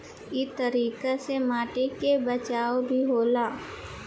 इ तरीका से माटी के बचाव भी होला